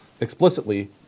explicitly